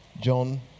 John